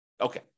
Okay